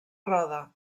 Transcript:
roda